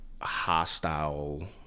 hostile